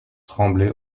tremblait